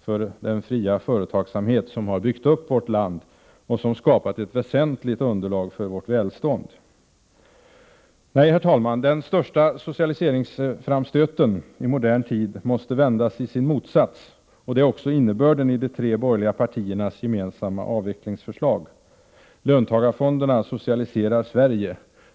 för den fria företagsamhet som har byggt upp vårt land och skapat ett väsentligt underlag för vårt välstånd. Nej, herr talman, den största socialiseringsframstöten i modern tid måste vändas i sin motsats, och det är också innebörden i de tre borgerliga partiernas gemensamma avvecklingsförslag. Löntagarfonderna socialiserar Sverige.